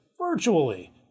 virtually